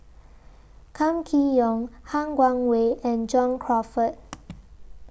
Kam Kee Yong Han Guangwei and John Crawfurd